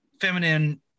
feminine